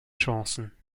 chancen